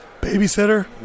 Babysitter